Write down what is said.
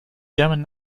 german